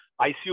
ICU